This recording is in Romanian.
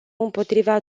împotriva